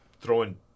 throwing